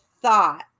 thought